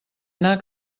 anar